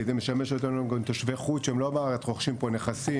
כי זה משמש אותנו גם לתושבי חוץ שהם לא בארץ שהם רוכשים פה נכסים,